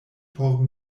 por